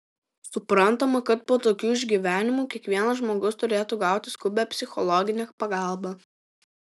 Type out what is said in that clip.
suprantama kad po tokių išgyvenimų kiekvienas žmogus turėtų gauti skubią psichologinę pagalbą